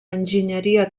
enginyeria